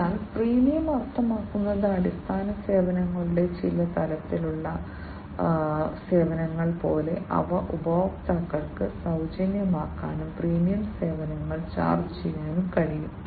അതിനാൽ ഫ്രീമിയം അർത്ഥമാക്കുന്നത് അടിസ്ഥാന സേവനങ്ങളുടെ ചില തലത്തിലുള്ള സേവനങ്ങൾ പോലെ അവ ഉപഭോക്താക്കൾക്ക് സൌജന്യമാക്കാനും പ്രീമിയം സേവനങ്ങൾ ചാർജ് ചെയ്യാനും കഴിയും